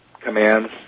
commands